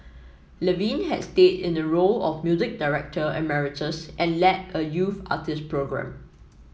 Levine had stayed in a role of music director emeritus and led a youth artist programme